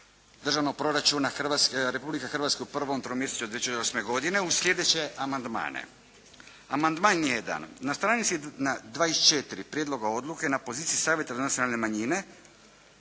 Državnog proračuna Republike Hrvatske u prvom tromjesečju 2008. godine uz sljedeće amandmane. Amandman 1. Na stranici 24 prijedloga odluke, na poziciji savjeta za nacionalne manjine